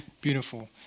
beautiful